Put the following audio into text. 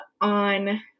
on